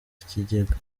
kigega